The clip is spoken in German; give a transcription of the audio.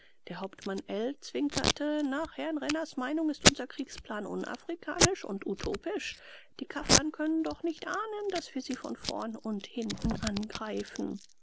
der hauptmann l zwinkerte nach herrn renners meinung ist unser kriegsplan unafrikanisch und utopisch die kaffern können doch nicht ahnen daß wir sie von vorn und hinten angreifen